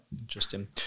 interesting